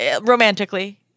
Romantically